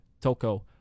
Toko